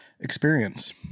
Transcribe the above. experience